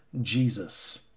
Jesus